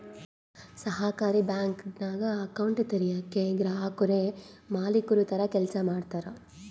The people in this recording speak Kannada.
ಸಹಕಾರಿ ಬ್ಯಾಂಕಿಂಗ್ನಾಗ ಅಕೌಂಟ್ ತೆರಯೇಕ ಗ್ರಾಹಕುರೇ ಮಾಲೀಕುರ ತರ ಕೆಲ್ಸ ಮಾಡ್ತಾರ